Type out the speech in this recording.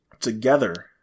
together